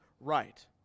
right